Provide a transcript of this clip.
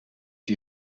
die